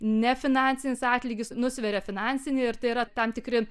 ne finansinis atlygis nusveria finansinį ir tai yra tam tikri